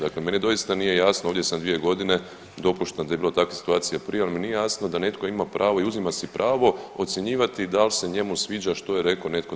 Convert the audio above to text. Dakle, meni doista nije jasno, ovdje sam 2 godine, dopuštam da je bilo takvih situacija prije, ali mi nije jasno da netko ima pravo i uzima si pravo ocjenjivati da li se njemu sviđa što je rekao netko od